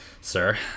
sir